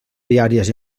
viàries